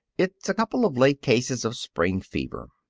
it's a couple of late cases of spring fever.